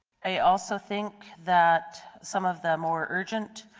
i also think that some of the more urgent